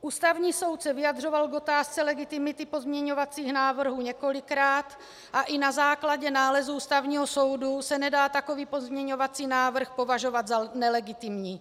Ústavní soud se vyjadřoval k otázce legitimity pozměňovacích návrhů několikrát a i na základě nálezu Ústavního soudu se nedá takový pozměňovací návrh považovat za nelegitimní.